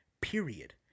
period